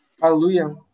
Hallelujah